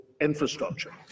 infrastructure